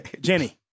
Jenny